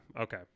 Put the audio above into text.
okay